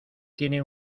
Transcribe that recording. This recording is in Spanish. tiene